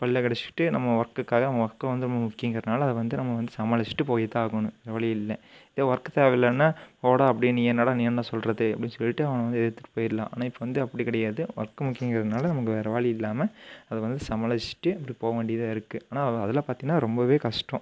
பல்லை கடிச்சிட்டு நம்ம ஒர்க்குக்காக நம்ம ஒர்க்கு வந்து ரொம்ப முக்கியங்கிறனால் அதை வந்து நம்ம வந்து சமாளிச்சுட்டு போய் தான் ஆகணும் வேறு வழி இல்லை இதே ஒர்க்கு தேவையில்லன்னால் போடா அப்படின் நீ என்னடா நீ என்ன சொல்வது அப்படின் சொல்லிவிட்டு அவனை வந்து எதிர்த்துகிட்டு போயிடலாம் ஆனால் இப்போ வந்து அப்படி கிடையாது ஒர்க்கு முக்கியம்கிறதுனால நமக்கு வேறு வழி இல்லாமல் அது வந்து சமாளிச்சிட்டு அப்படியே போக வேண்டியதாக இருக்குது ஆனால் அதெலாம் பார்த்தீங்கன்னா ரொம்பவே கஷ்டம்